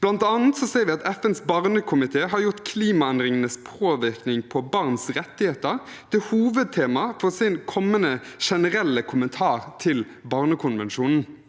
Blant annet ser vi at FNs barnekomité har gjort klimaendringenes påvirkning på barns rettigheter til hovedtema for sin kommende generelle kommentar til barnekonvensjonen.